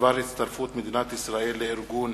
בדבר הצטרפות מדינת ישראל לארגון